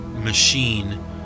machine